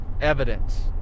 evidence